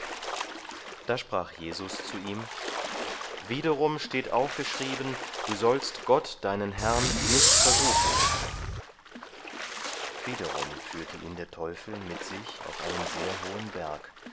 da sprach jesus zu ihm wiederum steht auch geschrieben du sollst gott deinen herrn nicht versuchen wiederum führte ihn der teufel mit sich auf einen sehr hohen berg